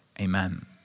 Amen